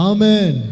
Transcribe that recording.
Amen